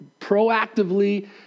proactively